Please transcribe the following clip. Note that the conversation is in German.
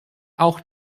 auch